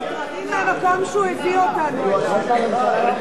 מוטרדים מהמקום שהוא הביא אותנו אליו.